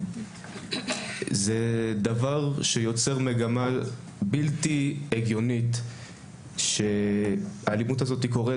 זה דבר שיוצר מגמה בלתי הגיונית שהאלימות הזאת קורית